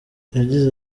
yagize